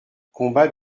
combat